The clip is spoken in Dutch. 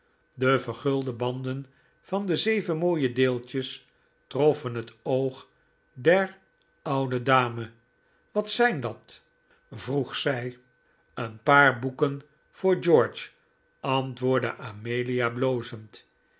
de vergulde banden van de zeven mooie deeltjes troffen het oog der oude dame wat zijn dat vroeg zij een paar boeken voor george antwoordde amelia blozend